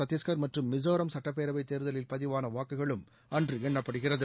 சத்திஸ்கர் மற்றும் மிசோராம் சுட்டப்பேரவை தேர்தலில் பதிவான வாக்குகளும் அன்று எண்ணப்படுகிறது